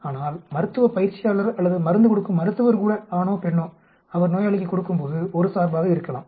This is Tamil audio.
ஆனால் மருத்துவ பயிற்சியாளர் அல்லது மருந்து கொடுக்கும் மருத்துவர் கூட ஆணோ பெண்ணோ அவர் நோயாளிக்கு கொடுக்கும்போது ஒரு சார்பாக இருக்கலாம்